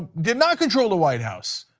did not control the white house.